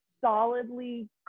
solidly